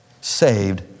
saved